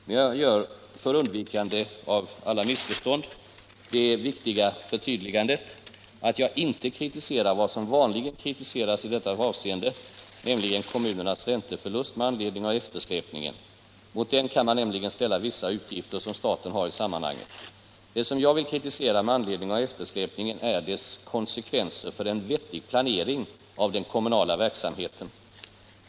Men jag gör för undvikande av alla missförstånd det viktiga förtydligandet att jag inte kritiserar vad som vanligen kritiseras i detta avseende, nämligen kommunernas ränteförlust med anledning av eftersläpningen. Mot den kan man nämligen ställa vissa utgifter som staten har i sammanhanget. Det som jag vill kritisera med anledning av eftersläpningen är dess konsekvenser för en vettig planering av den kommunala verksamheten.